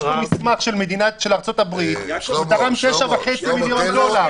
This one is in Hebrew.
יש פה מסמך של ארצות-הברית הוא תרם 9.5 מיליון דולר.